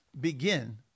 begin